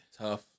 tough